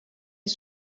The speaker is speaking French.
est